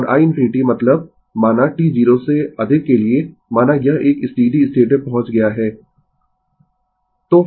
और i ∞ मतलब माना t 0 से अधिक के लिए माना यह एक स्टीडी स्टेट में पहुंच गया है